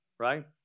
Right